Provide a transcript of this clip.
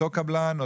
אותו קבלן,